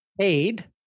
paid